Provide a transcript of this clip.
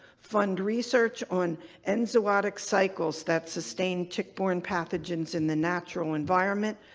fund research on enzootic cycles that sustain tick-borne pathogens in the natural environment,